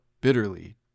bitterly